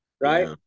right